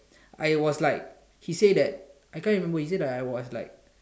I was like he say that I can't remember he say that I was like